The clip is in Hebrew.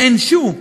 שנענשו,